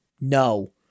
no